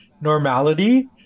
normality